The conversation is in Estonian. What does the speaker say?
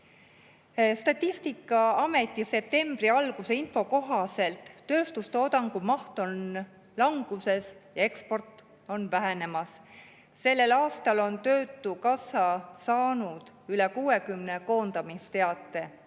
Statistikaameti septembri alguse info kohaselt tööstustoodangu maht on languses, eksport on vähenemas. Sellel aastal on töötukassa saanud üle 60 koondamisteate,